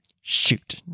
shoot